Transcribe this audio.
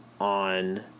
on